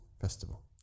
Festival